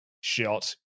shot